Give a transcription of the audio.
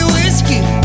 whiskey